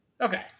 Okay